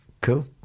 Cool